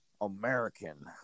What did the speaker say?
American